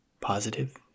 positive